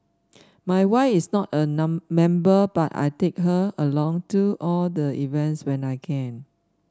my wife is not a member but I take her along to all the events when I can